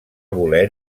voler